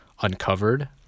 uncovered